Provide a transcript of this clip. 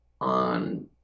on